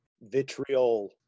Vitriol